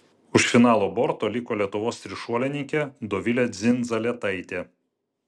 už finalo borto liko lietuvos trišuolininkė dovilė dzindzaletaitė